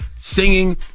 Singing